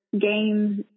games